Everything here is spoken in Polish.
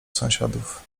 sąsiadów